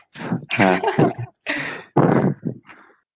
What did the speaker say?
ha